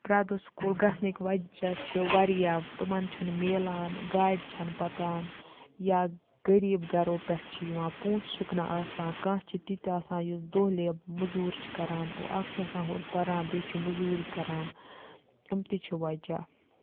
پرٛٮ۪تھ دۄہ سکوٗل گژھنٕکۍ وجہ چھِ واریاہ تِِمَن چھُنہٕ مِلان گاڑِ چھَنہٕ پَکان یا غریٖب گَرو پٮ۪ٹھ چھِ یِوان پونٛسہٕ چھِکھ نہٕ آسان کانٛہہ چھِ تِتہِ آسان یُس دۄہلے مٔزوٗرۍ چھِ کَران اَکھ چھِ آسان ہورٕ پَران بیٚیہِ چھِ مٔزوٗرۍ کَران یِم تہِ چھِ وجہ